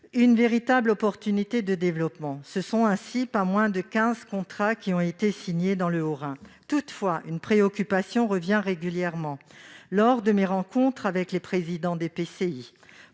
une véritable opportunité de développement. Ce sont ainsi pas moins de quinze contrats qui ont été signés dans le Haut-Rhin. Toutefois, une préoccupation revient régulièrement lors de mes rencontres avec les présidents d'EPCI.